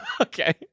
okay